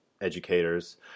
educators